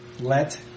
let